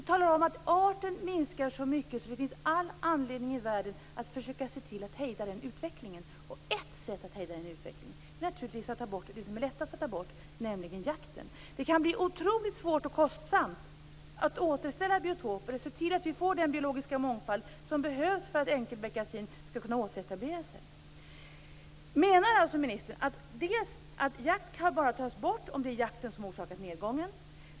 Vi talar om att arten minskar så mycket att det finns all anledning i världen att försöka se till att hejda den utvecklingen. Ett sätt att hejda den är naturligtvis att ta bort det som är lättast att ta bort, nämligen jakten. Det kan bli otroligt svårt och kostsamt att återställa biotoper och se till att få den biologiska mångfald som behövs för att enkelbeckasinen skall kunna återetablera sig. Menar alltså ministern att jakt bara kan tas bort om det är jakten som orsakat nedgången?